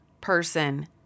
person